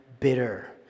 Bitter